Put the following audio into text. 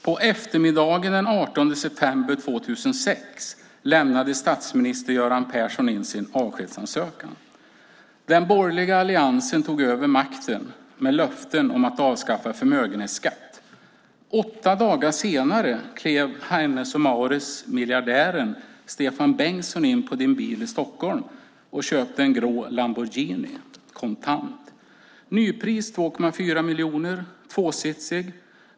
"På eftermiddagen den 18 september 2006 lämnade statsminister Göran Persson in sin avskedsansökan. Den borgerliga alliansen tog över makten med löften om avskaffad förmögenhetsskatt. Åtta dagar senare klev H & M-miljardären Stefan Bengtsson in på Din Bil i Stockholm och köpte en grå Lamborghini Murcielago kontant. Nypris 2,4 miljoner. Tvåsitsig.